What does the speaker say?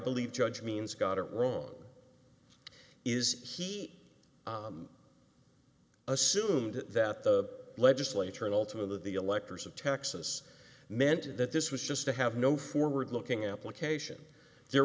believe judge means got it wrong is he assumed that the legislature and ultimately the electors of texas meant that this was just to have no forward looking application there